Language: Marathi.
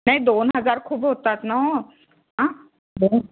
दोन हजार खूप होतात न आ दोन